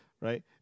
Right